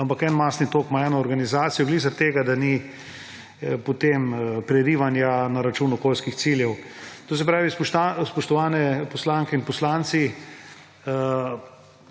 Ampak en masni tok ima eno organizacijo ravno zaradi tega, da ni potem prerivanja na račun okoljskih ciljev. Spoštovane poslanke in poslanci,